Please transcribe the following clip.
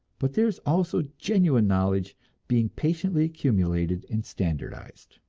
but there is also genuine knowledge being patiently accumulated and standardized.